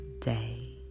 day